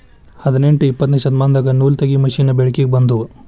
ಹದನೆಂಟ ಇಪ್ಪತ್ತನೆ ಶತಮಾನದಾಗ ನೂಲತಗಿಯು ಮಿಷನ್ ಬೆಳಕಿಗೆ ಬಂದುವ